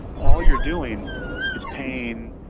all you're doing is paying